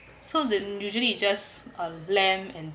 so they usually just um lamb and